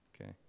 Okay